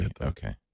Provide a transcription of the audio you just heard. Okay